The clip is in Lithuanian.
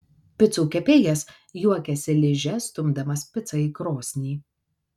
picų kepėjas juokiasi liže stumdamas picą į krosnį